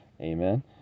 Amen